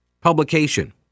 publication